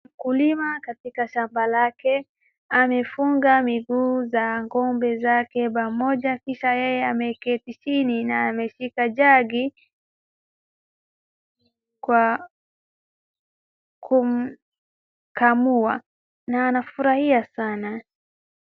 Mkulima katika shamba lake amefunga miguu za ng'ombe zake pamoja, kisha yeye ameketi chini na ameshika jagi kwa kukamua na anafurahia sana.